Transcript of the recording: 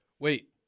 Wait